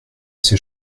ces